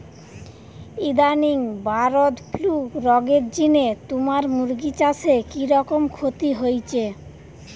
ইদানিং bird flu রগের জিনে তুমার মুরগি চাষে কিরকম ক্ষতি হইচে?